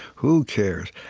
who cares?